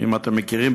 אם אתם מכירים,